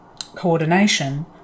coordination